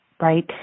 Right